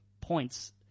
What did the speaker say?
points